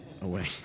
away